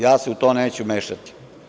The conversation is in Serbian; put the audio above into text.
Ja se u to neću mešati.